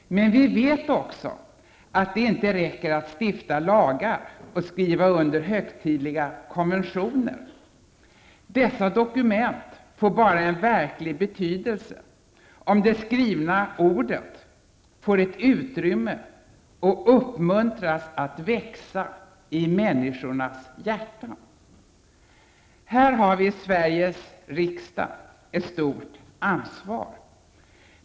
Men vi vet också att det inte räcker att stifta lagar och skriva under högtidliga konventioner. Dessa dokument får bara en verklig betydelse om det skrivna ordet får ett utrymme och uppmuntras att växa i människors hjärtan. Här har vi i Sveriges riksdag ett stort ansvar.